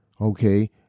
okay